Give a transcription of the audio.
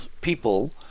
people